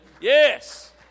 yes